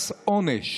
עבורן זה מס, עונש.